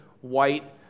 white